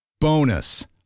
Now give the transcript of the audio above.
Bonus